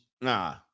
Nah